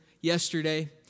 yesterday